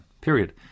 Period